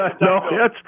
No